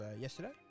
yesterday